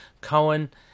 Cohen